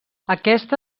aquesta